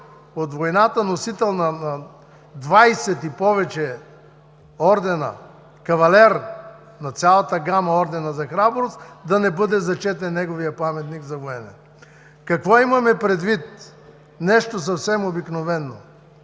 от войната, носител на 20 и повече ордена, Кавалер на цялата гама „Орден за храброст“, да не бъде зачетен неговият паметник за военен? Какво имаме предвид? Нещо съвсем обикновено.